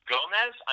Gomez